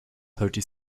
thirty